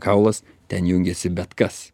kaulas ten jungiasi bet kas